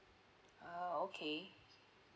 ah okay